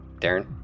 Darren